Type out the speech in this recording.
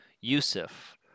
Yusuf